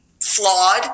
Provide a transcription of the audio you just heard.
flawed